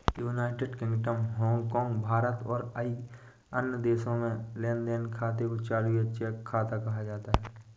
United Kingdom, Hong Kong, Bharat और कई अन्य देशों में लेन देन खाते को चालू या चेक खाता कहा जाता है